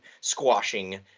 squashing